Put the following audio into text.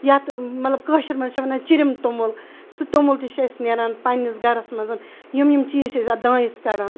یتھ مَطلَب کٲشر مَنٛز چھِ وَنان چِرِم توٚمُل سُہ توٚمُل تہِ چھ اَسہِ نیران پَننِس گَرَس مَنٛز یِم یِم چیٖز چھِ أسۍ اتھ دانیس کَڑان